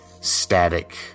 static